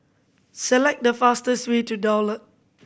select the fastest way to Daulat